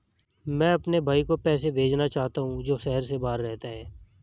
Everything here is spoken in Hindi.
मैं अपने भाई को पैसे भेजना चाहता हूँ जो शहर से बाहर रहता है